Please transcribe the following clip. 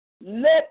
Let